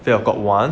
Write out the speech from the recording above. fear of god one